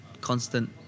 constant